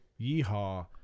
Yeehaw